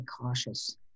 cautious